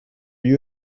you